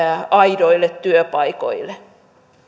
aidoille työpaikoille